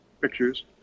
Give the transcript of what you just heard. pictures